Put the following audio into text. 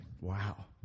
Wow